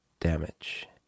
damage